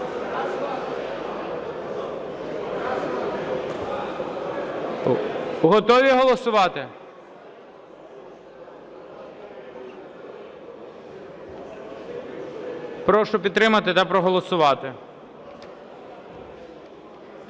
Готові голосувати? Прошу підтримати та проголосувати.